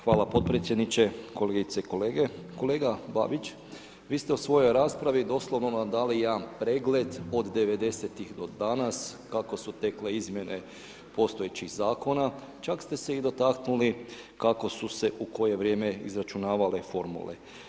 Hvala podpredsjedniče, kolegice i kolege, kolega Babić vi ste u svojoj raspravi doslovno nam dali jedan pregled od '90.-tih do danas kako su tekle izmjene postojećih zakona čak ste se i dotaknuli kako su se u koje vrijeme izračunavale formule.